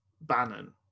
Bannon